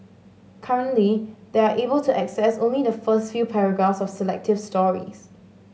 currently they are able to access only the first few paragraphs of selected stories